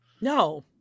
No